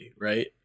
right